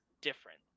different